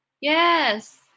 Yes